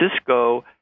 Cisco